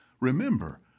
remember